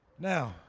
now,